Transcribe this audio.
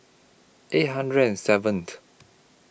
eight hundred and seventh